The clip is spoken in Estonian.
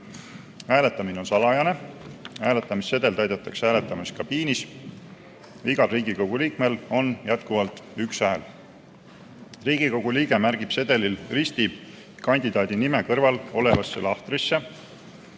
Hääletamine on salajane. Hääletamissedel täidetakse hääletamiskabiinis. Igal Riigikogu liikmel on jätkuvalt üks hääl. Riigikogu liige märgib sedelil risti kandidaadi nime kõrval olevasse lahtrisse